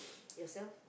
yourself